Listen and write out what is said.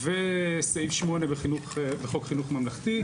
וסעיף 8 לחוק חינוך ממלכתי,